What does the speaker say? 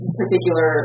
particular